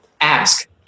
ask